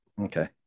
Okay